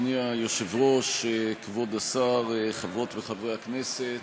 אדוני היושב-ראש, כבוד השר, חברות וחברי הכנסת,